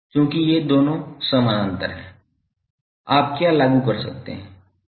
चूंकि ये दोनों समानांतर हैं आप क्या लागू कर सकते हैं